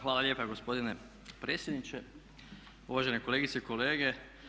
Hvala lijepa gospodine predsjedniče, uvažene kolegice i kolege.